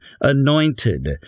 anointed